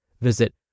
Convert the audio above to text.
Visit